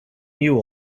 knew